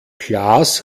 klaas